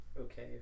okay